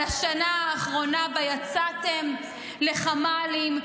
על השנה האחרונה שבה יצאתם לחמ"לים,